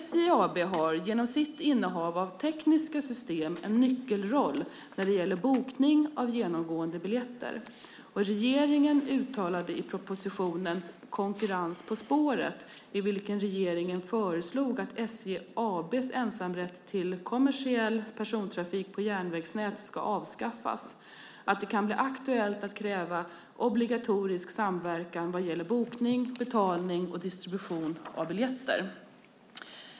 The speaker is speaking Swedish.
SJ AB har genom sitt innehav av tekniska system en nyckelroll när det gäller bokning av genomgående biljetter. Regeringen uttalade i propositionen Konkurrens på spåret , i vilken regeringen föreslog att SJ AB:s ensamrätt till kommersiell persontrafik på järnvägsnät avskaffas, att det kan bli aktuellt att kräva obligatorisk samverkan vad gäller bokning, betalning och distribution av biljetter.